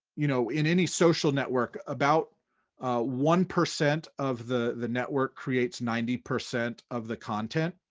you know in any social network, about one percent of the the network creates ninety percent of the content.